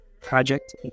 Project